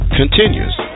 continues